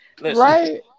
right